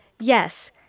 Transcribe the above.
Yes